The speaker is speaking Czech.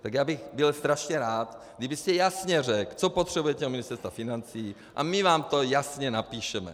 Tak bych byl strašně rád, kdybyste jasně řekl, co potřebujete od Ministerstva financí, a my vám to jasně napíšeme.